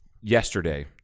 yesterday